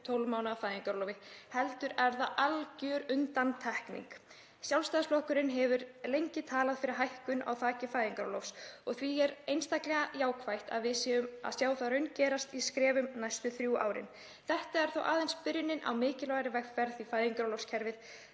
12 mánaða fæðingarorlofi heldur er það algjör undantekning. Sjálfstæðisflokkurinn hefur lengi talað fyrir hækkun á þaki fæðingarorlofs og því er einstaklega jákvætt að við séum að sjá það raungerast í skrefum næstu þrjú árin. Þetta er aðeins byrjunin á mikilvægri vegferð því fæðingarorlofskerfið